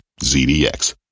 ZDX